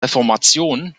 reformation